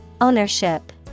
Ownership